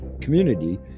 community